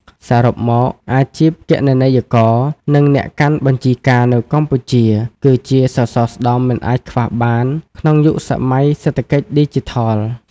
សរុបមក អាជីពគណនេយ្យករ និងអ្នកកាន់បញ្ជីការនៅកម្ពុជា គឺជាសសរស្តម្ភមិនអាចខ្វះបានក្នុងយុគសម័យសេដ្ឋកិច្ចឌីជីថល។